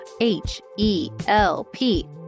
H-E-L-P